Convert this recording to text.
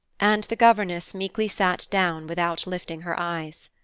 and the governess meekly sat down without lifting her eyes.